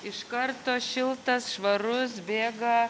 iš karto šiltas švarus bėga